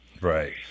Right